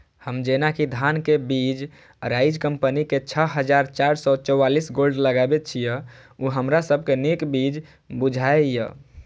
हम जेना कि धान के बीज अराइज कम्पनी के छः हजार चार सौ चव्वालीस गोल्ड लगाबे छीय उ हमरा सब के नीक बीज बुझाय इय?